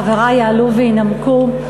חברי יעלו וינמקו.